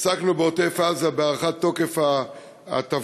עסקנו בעוטף-עזה, בהארכת תוקף ההטבות,